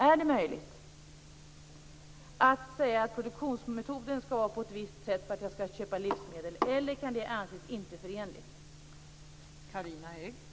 Är det möjligt att säga att produktionsmetoden skall vara på ett visst sätt för att jag skall köpa livsmedel eller anses det inte förenligt med gällande regler?